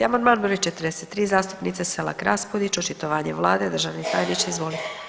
Amandman br. 43 zastupnice Selak Raspudić, očitovanje Vlade, državni tajniče, izvolite.